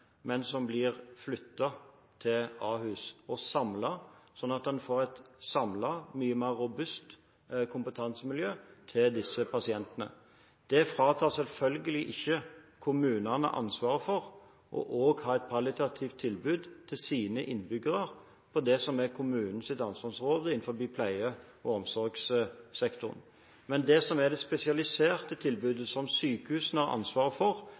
men som blir flyttet til Ahus og samlet, slik at en får et samlet og mye mer robust kompetansemiljø for disse pasientene. Det fratar selvfølgelig ikke kommunene ansvaret for også å ha et palliativt tilbud til sine innbyggere på det som er kommunens ansvarsområde innenfor pleie- og omsorgssektoren. Men det spesialiserte tilbudet, som sykehusene har ansvaret for,